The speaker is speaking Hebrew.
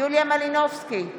יוליה מלינובסקי קונין,